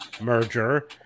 merger